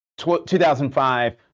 2005